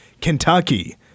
Kentucky